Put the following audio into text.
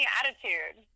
attitude